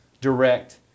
direct